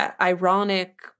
ironic